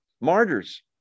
martyrs